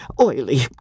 oily